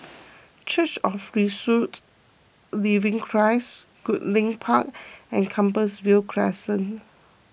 Church of Resurrected Living Christ Goodlink Park and Compassvale Crescent